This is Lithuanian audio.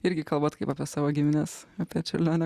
irgi kalbat kaip apie savo gimines apie čiurlionio